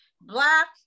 black